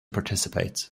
participate